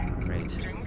Great